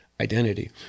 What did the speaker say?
identity